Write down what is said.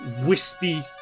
wispy